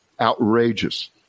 outrageous